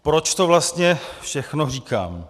Proč to vlastně všechno říkám?